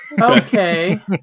Okay